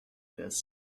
this